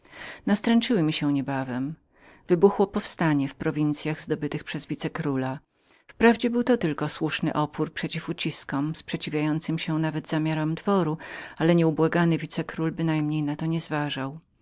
takowe mi się nastręczyły wybuchło powstanie w prowincyach zdobytych przez wice króla wprawdzie był to tylko słuszny opór przeciw uciskom sprzeciwiającym się nawet zamiarom dworu ale niaubłagany wice król bynajmniej na to nie zważał